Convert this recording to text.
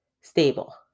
stable